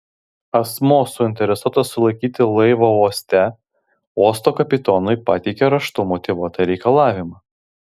asmuo suinteresuotas sulaikyti laivą uoste uosto kapitonui pateikia raštu motyvuotą reikalavimą